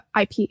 IP